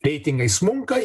reitingai smunka